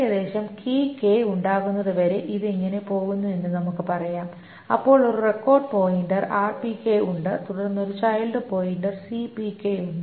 ഏകദേശം ഉണ്ടാകുന്നതുവരെ ഇത് ഇങ്ങനെ പോകുന്നു എന്ന് നമുക്ക് പറയാം അപ്പോൾ ഒരു റെക്കോർഡ് പോയിന്റർ ഉണ്ട് തുടർന്ന് ഒരു ചൈൽഡ് പോയിന്റർ ഉണ്ട്